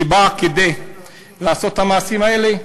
שבא כדי לעשות את המעשים האלה?